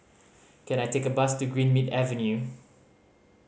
can I take a bus to Greenmead Avenue